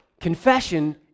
Confession